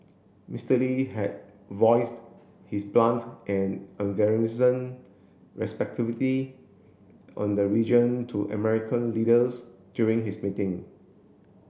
Mister Lee had voiced his blunt and on the region to American leaders during his meeting